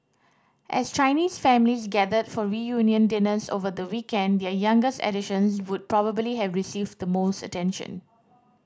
as Chinese families gathered for reunion dinners over the weekend their youngest additions would probably have received the most attention